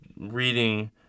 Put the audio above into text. reading